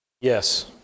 yes